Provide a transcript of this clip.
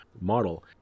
model